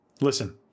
Listen